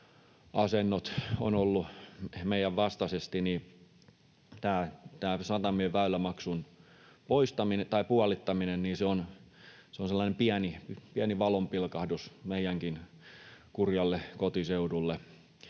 asennot ovat olleet meidän vastaisesti, niin tämä satamien väylämaksun puolittaminen on sellainen pieni valonpilkahdus meidänkin kurjalle kotiseudulle.